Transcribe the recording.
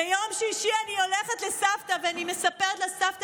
ביום שישי אני הולכת לסבתא ואני מספרת לה: סבתא,